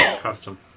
custom